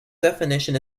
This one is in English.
definition